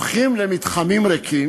הולכים למתחמים ריקים,